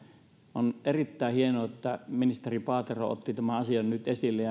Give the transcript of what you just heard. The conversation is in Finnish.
on erittäin hienoa että ministeri paatero otti tämän asian nyt esille